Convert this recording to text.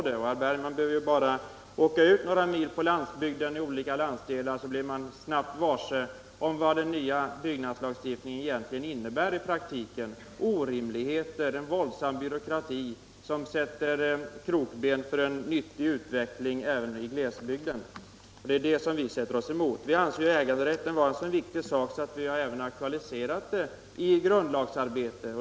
Herr Bergman i Göteborg behöver bara åka ut några mil på landsbygden i olika landsdelar för att snabbt bli varse vad den nya byggnadslagstiftningen egentligen innebär i praktiken, nämligen orimligheter i form av en våldsam byråkrati som sätter krokben för en nyttig utveckling även i glesbygden. Det är detta vi vänder oss emot. Vi anser frågan om äganderätten vara så viktig att vi har aktualiserat den i grundlagsarbetet.